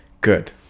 Good